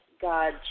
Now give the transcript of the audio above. God